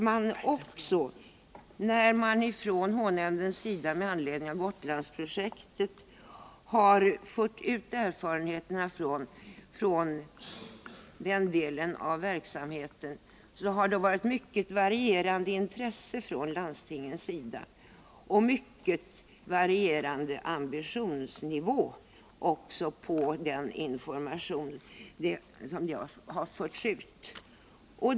Jag tror också att när man från h-nämndens sida med anledning av Gotlandsprojektet har fört ut erfarenheterna från den delen av verksamheten har intresset från landstingens sida varit mycket varierande, och även ambitionsnivån för landstingens intresse på den information som har förts ut har varit mycket varierande.